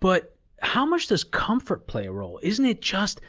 but how much does comfort play a role? isn't it just